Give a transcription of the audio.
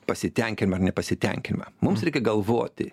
pasitenkinimą ar nepasitenkinimą mums reikia galvoti